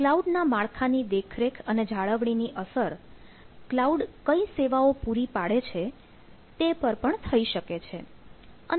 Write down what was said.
cloud ના માળખા ની દેખરેખ અને જાળવણીની અસર ક્લાઉડ કઇ સેવાઓ પૂરી પાડે છે તે પર પણ થઈ શકે છે